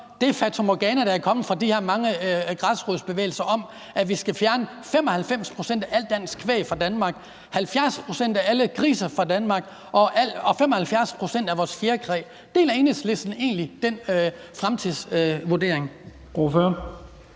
det fatamorgana, der er kommet fra de her mange græsrodsbevægelser, om, at vi skal fjerne 95 pct. af al dansk kvæg fra Danmark, 70 pct. af alle grise fra Danmark og 75 pct. af vores fjerkræ? Deler Enhedslisten egentlig den fremtidsvurdering?